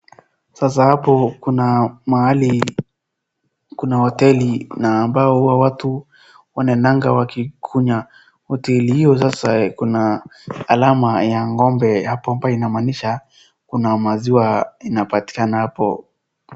Sasa hapo kuna mahali, kuna hoteli na ambao watu huwa wanaendanga wakikunywa. Hoteli hiyo sasa kuna alama ya ng'ombe hapo ambao inamaanisha kuna maziwa inapatikana hapo.